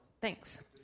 thanks